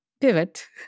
pivot